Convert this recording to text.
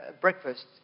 breakfast